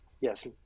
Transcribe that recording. Yes